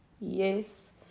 Yes